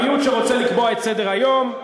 המיעוט שרוצה לקבוע את סדר-היום,